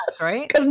right